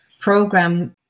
program